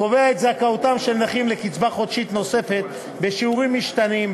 קובע את זכאותם של נכים לקצבה חודשית נוספת בשיעורים משתנים,